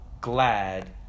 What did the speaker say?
glad